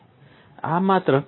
આ માત્ર કાલ્પનિક છે